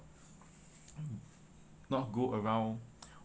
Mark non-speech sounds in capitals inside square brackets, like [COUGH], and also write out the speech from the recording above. [NOISE] not go around